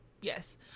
Yes